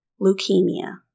leukemia